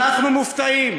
אנחנו מופתעים.